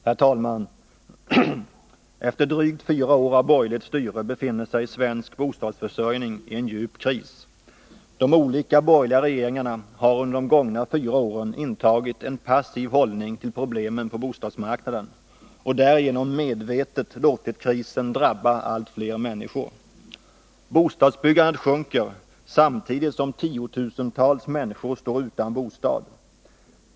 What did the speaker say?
Herr talman! Efter drygt fyra år av borgerligt styre befinner sig svensk bostadsförsörjning i en djup kris. De olika borgerliga regeringarna har under de gångna fyra åren intagit en passiv hållning till problemen på bostadsmarknaden och därigenom medvetet låtit krisen drabba allt fler människor. Bostadsbyggandet sjunker samtidigt som tiotusentals människor står utan bostad.